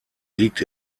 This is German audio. liegt